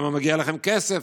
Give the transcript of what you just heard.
למה מגיע לכם כסף?